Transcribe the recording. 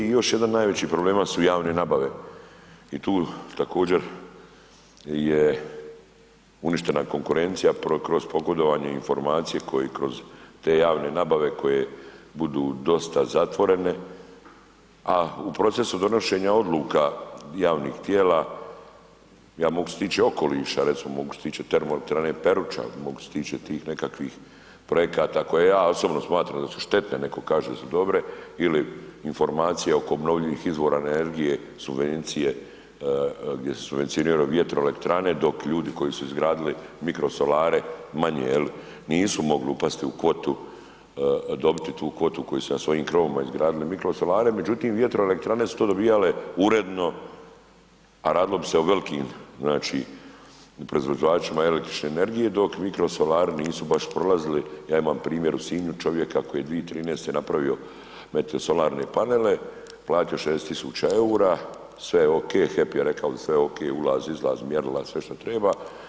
I još jedan od najvećih problema su javne nabave i tu također je uništena konkurencija kroz pogodovanje informacije koji kroz te javne nabave koje budu dosta zatvorene, a u procesu donošenja odluka javnih tijela, ja mogu što se tiče okoliša, recimo mogu što se tiče termoelektrane Peruča, mogu što se tiče tih nekakvih projekata koje ja osobno smatram da su štetne, neko kaže da su dobre ili informacija oko obnovljivih izvora energije, subvencije, gdje se subvencioniraju vjetroelektrane, dok ljudi koji su izgradili mikrosolare manje je li, nisu mogli upasti u kvotu, dobiti tu kvotu koju su na svojim krovovima izgradili mikrosolare, međutim vjetroelektrane su to dobijale uredno, a radilo bi se o velikim, znači proizvođačima električne energije, dok mikrosolari nisu baš prolazili, ja imam primjer u Sinju čovjeka koji je 2013. napravio solarne panele, platio 60.000,00 EUR-a, sve je okej, … [[Govornik se ne razumije]] je rekao da je sve okej, ulaz, izlaz, mjerila, sve što treba.